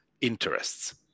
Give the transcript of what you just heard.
interests